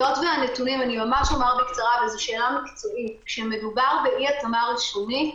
זו שאלה מקצועית ואני אומר בקצרה כשמדובר באי-התאמה ראשונית,